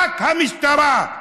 רק המשטרה.